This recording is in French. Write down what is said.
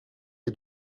est